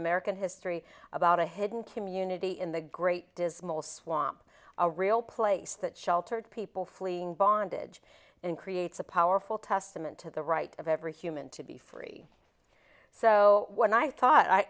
american history about a hidden community in the great dismal swamp a real place that sheltered people fleeing bondage and creates a powerful testament to the right of every human to be free so when i thought i